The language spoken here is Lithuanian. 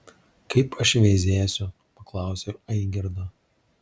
kaip aš veizėsiu paklausiau aigirdo